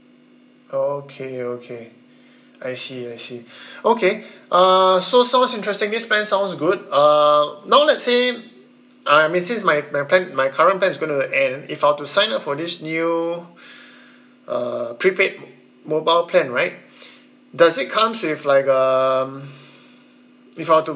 okay okay I see I see okay uh so sounds interesting this plan sounds good uh now let's say I since my my plan my current plan is gonna end if I were to sign up for this new uh prepaid mobile plan right does it comes with like um if I were to